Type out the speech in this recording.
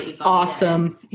Awesome